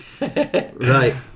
Right